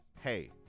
Hey